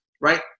right